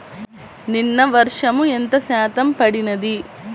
నిన్న వర్షము ఎంత శాతము పడినది?